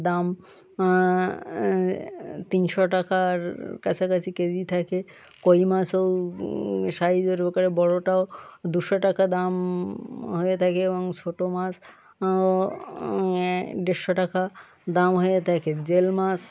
দাম তিনশো টাকার কাছাকাছি কেজি থাকে কৈ মাছও সাইজের আকারে বড়টাও দুশো টাকা দাম হয়ে থাকে এবং ছোট মাছ দেড়শো টাকা দাম হয়ে থাকে জিওল মাছ